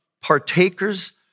partakers